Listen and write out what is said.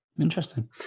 Interesting